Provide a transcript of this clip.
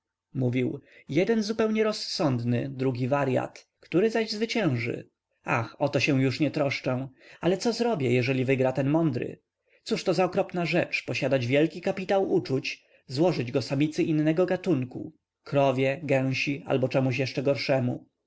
mówił jeden zupełnie rozsądny drugi waryat który zaś zwycięży ach o to się już nie troszczę ale co zrobię jeżeli wygra ten mądry cóżto za okropna rzecz posiadając wielki kapitał uczuć złożyć go samicy innego gatunku krowie gęsi albo czemuś jeszcze gorszemu